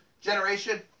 generation